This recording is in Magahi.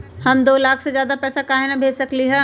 हम दो लाख से ज्यादा पैसा काहे न भेज सकली ह?